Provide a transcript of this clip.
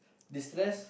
destress